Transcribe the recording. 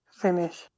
finish